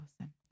awesome